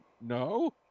no